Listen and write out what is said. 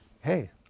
hey